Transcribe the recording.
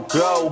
go